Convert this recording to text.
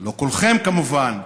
לא כולכם, כמובן,